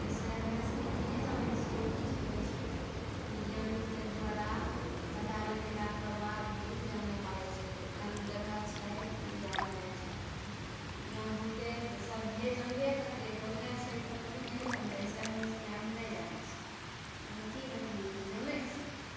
एहिसँ हमरा सनि नहिए जानै छियै कि छै नहि छै वैज्ञानिकके द्वारा पता लगेलारे बाद ही जानै पड़ै छै आन ग्रह छै या नहि छै जौँ हौते तऽ सभे जानबे करते जँ नहि छै तऽ नहिए जानतै एहिसँ हमरा सनि अभी नहि जानै छियै हम कि बतैयै कि जानै छियै